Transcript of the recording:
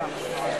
.